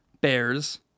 Bears